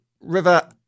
River